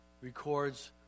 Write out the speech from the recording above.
records